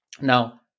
Now